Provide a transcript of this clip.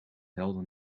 helder